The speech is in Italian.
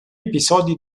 episodi